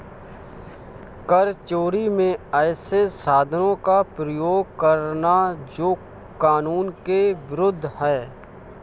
कर चोरी में ऐसे साधनों का उपयोग करना जो कानून के विरूद्ध है